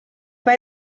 pas